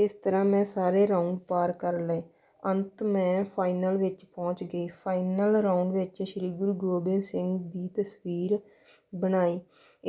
ਇਸ ਤਰ੍ਹਾਂ ਮੈਂ ਸਾਰੇ ਰਾਊਂਡ ਪਾਰ ਕਰ ਲਏ ਅੰਤ ਮੈਂ ਫਾਈਨਲ ਵਿੱਚ ਪਹੁੰਚ ਗਈ ਫਾਈਨਲ ਰਾਊਂਡ ਵਿੱਚ ਸ਼੍ਰੀ ਗੁਰੂ ਗੋਬਿੰਦ ਸਿੰਘ ਦੀ ਤਸਵੀਰ ਬਣਾਈ